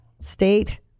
state